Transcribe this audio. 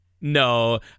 No